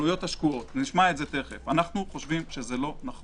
אנחנו חושבים שזה לא נכון.